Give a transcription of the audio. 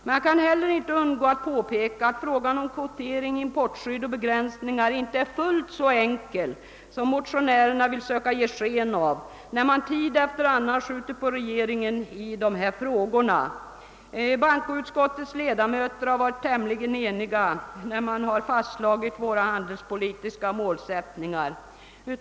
Men jag kan heller inte underlåta att påpeka, att frågan om kvotering, importskydd och begränsningar inte är fullt så enkel som motionärerna vill ge sken av när man tid efter annan skjuter på regeringen i dessa frågor. Bankoutskottets ledamöter har varit tämligen eniga när de fastslagit våra handelspolitiska målsättningar.